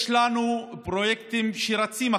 יש לנו פרויקטים שרצים עכשיו,